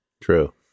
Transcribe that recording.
True